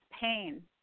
pain